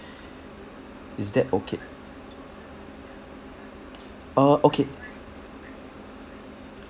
is that okay uh okay